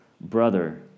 Brother